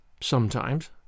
Sometimes